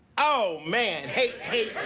oh, man, hate, hate,